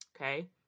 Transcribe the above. Okay